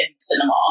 cinema